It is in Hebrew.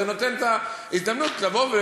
זה נותן את ההזדמנות לבוא,